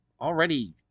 already